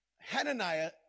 Hananiah